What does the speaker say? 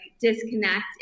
disconnect